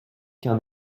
qu’un